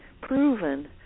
proven